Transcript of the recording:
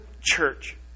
church